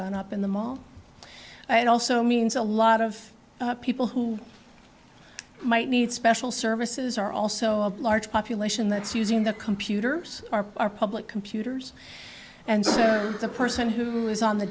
gone up in the mall i also means a lot of people who might need special services are also a large population that's using the computer as are our public computers and the person who is on the